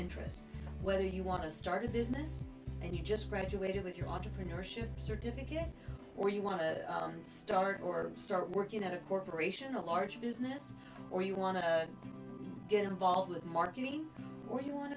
interest where you want to start a business and he just graduated with your entrepreneurship certificate or you want to start or start working at a corporation or a large business or you want to get involved with marketing or you want